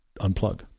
unplug